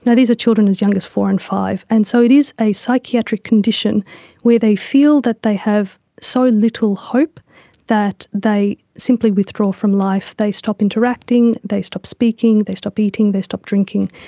and these are children as young as four and five. and so it is a psychiatric condition where they feel that they have so little hope that they simply withdraw from life, they stop interacting, they stop speaking, they stop eating, they stop drinking,